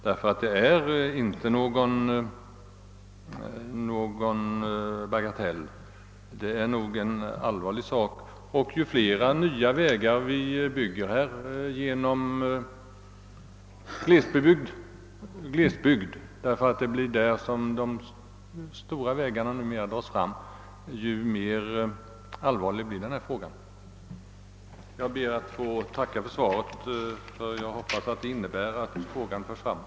Detta är inte någon bagatell. Det är en allvarlig sak, och ju flera nya vägar vi bygger genom glesbygderna — ty det blir där som de stora vägarna numera dras fram — desto allvarligare blir denna fråga. Jag ber att få tacka för svaret. Jag hoppas att det innebär att frågan förts framåt.